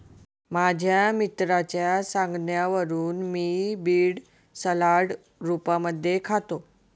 माझ्या मित्राच्या सांगण्यावरून मी बीड सलाड रूपामध्ये खातो